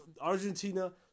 Argentina